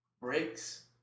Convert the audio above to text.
Breaks